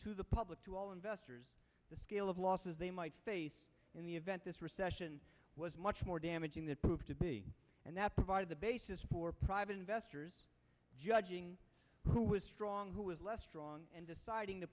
to the public to all investors the scale of losses they might face in the event this recession was much more damaging that proved to be and that provided the basis for private investors judging who was strong who was less strong and deciding to